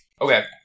Okay